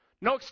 No